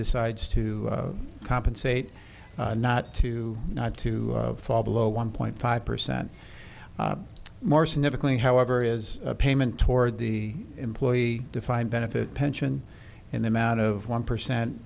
decides to compensate not to not to fall below one point five percent more significantly however is a payment toward the employee defined benefit pension in the amount of one percent